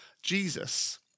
Jesus